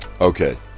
Okay